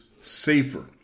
safer